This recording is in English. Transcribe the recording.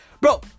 bro